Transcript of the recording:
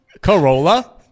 Corolla